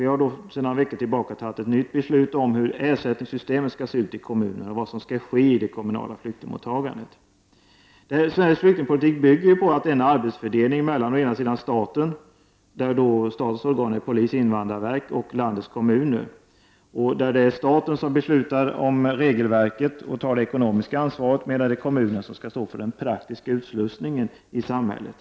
Vi fattade för några veckor sedan ett nytt beslut om hur ersättningssystemet skall se ut i kommunerna, vad som skall ske i det kommunala flyktingmottagandet. Sveriges flyktingpolitik bygger på en arbetsfördelning mellan å ena sidan staten, vars organ är polisen och invandrarverket, och å andra sidan landets kommuner. Staten beslutar om regelverket och tar det ekonomiska ansvaret, medan kommunerna skall stå för den praktiska utslussningen i samhället.